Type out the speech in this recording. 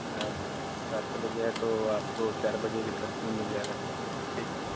रात दस बजे है तो आपको चार बजे के करीब में मिल जाएगा ठीक है